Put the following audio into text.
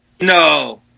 No